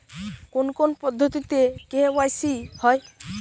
কোন কোন পদ্ধতিতে কে.ওয়াই.সি হয়?